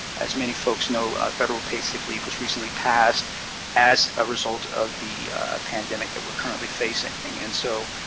as many folks know, federal paid sick leave was recently passed as a result of the pandemic that we are currently facing, and so